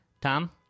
Tom